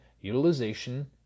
utilization